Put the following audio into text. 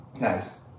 Nice